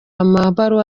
amabaruwa